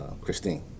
Christine